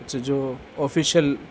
اچھا جو آفیشیل